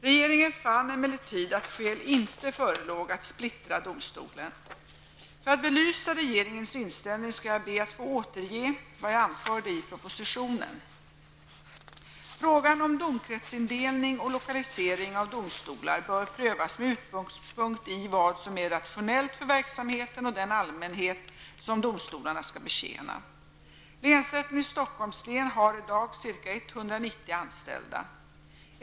Regeringen fann emellertid att skäl inte förelåg att splittra domstolen. För att belysa regeringens inställning skall jag be att få återge vad jag anfört i propositionen : Frågan om domkretsindelning och lokalisering av domstolar bör prövas med utgångspunkt i vad som är rationellt för verksamheten och den allmänhet som domstolarna skall betjäna. Länsrätten i Stockholms län har i dag ca 190 anställda.